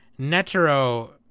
Netero